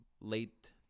late